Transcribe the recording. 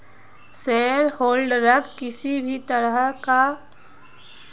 शेयरहोल्डरक किसी भी तरह स कम्पनीत हिस्सेदारीर कोई सफाई नी दीबा ह छेक